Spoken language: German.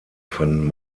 fanden